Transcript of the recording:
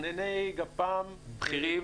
מתכנני גפ"מ בכירים